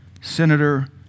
senator